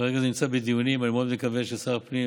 כרגע זה נמצא בדיונים, ואני מאוד מקווה ששר הפנים